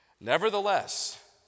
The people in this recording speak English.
nevertheless